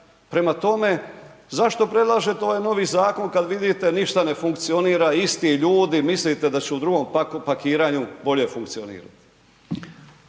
prema tome, zašto predlažete ovaj novi zakon kad vidite, ništa ne funkcionira, isti ljudi, mislite da će u drugom pakiranju bolje funkcionirati?